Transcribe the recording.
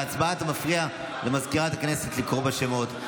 בהצבעה אתה מפריע לסגנית מזכיר הכנסת לקרוא בשמות.